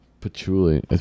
patchouli